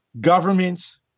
governments